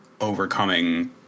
overcoming